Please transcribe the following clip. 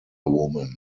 woman